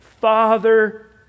Father